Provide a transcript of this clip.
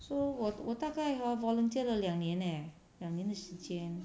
so 我我大概 hor volunteer 了两年 leh 两年的时间